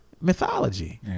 mythology